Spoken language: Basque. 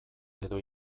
edo